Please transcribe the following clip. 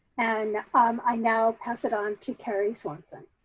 and um i now pass it on to kerry swanson.